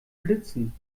blitzen